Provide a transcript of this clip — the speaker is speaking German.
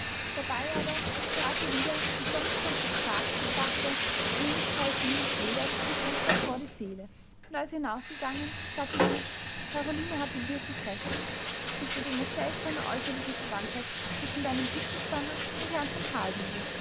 dabei aber trat ihr wieder die sonst schon zur sprache gebrachte aehnlichkeit dieses jägers mit gustav vor die seele und als er hinausgegangen sagte sie caroline hatte wirklich recht es besteht eine seltsame äußerliche verwandtschaft zwischen deinem büchsenspanner und herrn von